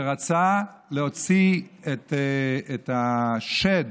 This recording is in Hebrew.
שרצה להוציא את השד